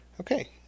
Okay